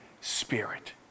Spirit